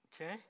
okay